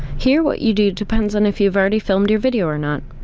here what you do depends on if you've already filmed your video or not.